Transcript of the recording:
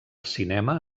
cinema